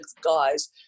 guys